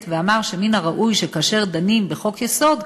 ואמר שמן הראוי שכאשר דנים בחוק-היסוד,